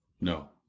No